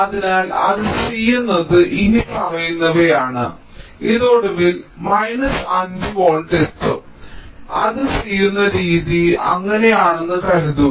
അതിനാൽ അത് ചെയ്യുന്നത് ഇനിപ്പറയുന്നവയാണ് ഇത് ഒടുവിൽ മൈനസ് 5 വോൾട്ടിൽ എത്തും അത് ചെയ്യുന്ന രീതി അങ്ങനെയാണെന്ന് കരുതുന്നു